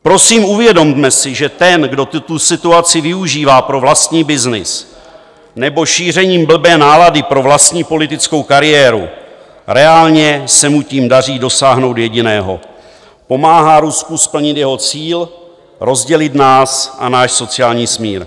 Prosím, uvědomme si, že ten, kdo tuto situaci využívá pro vlastní byznys nebo šíření blbé nálady pro vlastní politickou kariéru, reálně se mu tím daří dosáhnout jediného: pomáhá Rusku splnit jeho cíl rozdělit nás a náš sociální smír.